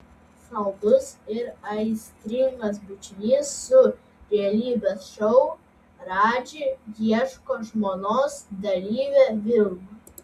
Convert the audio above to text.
saldus ir aistringas bučinys su realybės šou radži ieško žmonos dalyve vilma